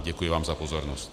Děkuji vám za pozornost.